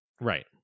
right